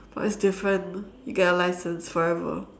but it's different you get a license forever